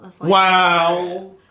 Wow